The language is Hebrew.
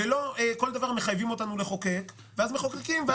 ולא שבכל דבר מחייבים אותנו לחוקק ואז מחוקקים.